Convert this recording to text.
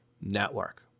network